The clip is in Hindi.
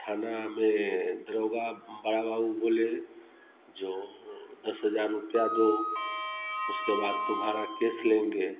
थाना में दरोगा बड़ा बाबू बोले जो दस हजार रूपये दो उसके बाद तुम्हारा केश लेंगे